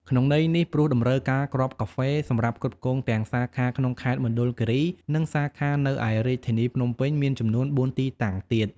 ក្នុងន័យនេះ ព្រោះតម្រូវការគ្រាប់កាហ្វេសម្រាប់ផ្គត់ផ្គង់ទាំងសាខាក្នុងខេត្តមណ្ឌលគិរី និងសាខានៅឯរាជធានីភ្នំពេញមានចំនួន៤ទីតាំងទៀត។